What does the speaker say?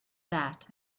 that